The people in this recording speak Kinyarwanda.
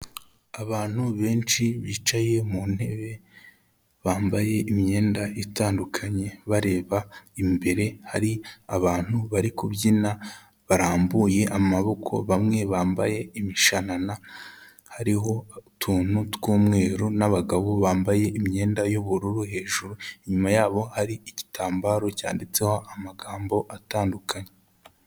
Abantu benshi bicaye mu ntebe, bambaye imyenda itandukanye bareba imbere, hari abantu bari kubyina barambuye amaboko, bamwe bambaye imishanana, hariho utuntu tw'umweru, n'abagabo bambaye imyenda y'ubururu hejuru, inyuma yabo hari igitambaro cyanditseho amagambo atandukanye.